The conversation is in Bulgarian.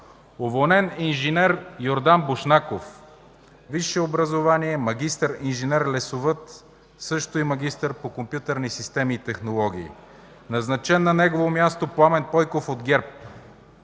уволнен инж. Йордан Бошнаков, висше образование – магистър, инженер-лесовъд, също и магистър по компютърни системи и технологии, назначен на негово място Пламен Пойков от ГЕРБ;